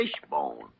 fishbone